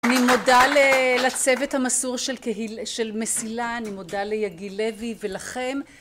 אני מודה לצוות המסור של קהיל... של מסילה. אני מודה ליגל לוי, ולכם.